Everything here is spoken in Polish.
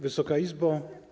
Wysoka Izbo!